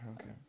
Okay